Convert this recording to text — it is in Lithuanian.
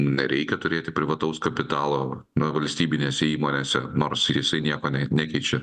nereikia turėti privataus kapitalo valstybinėse įmonėse nors jisai nieko nekeičia